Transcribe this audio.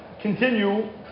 continue